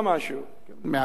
מאה אחוז.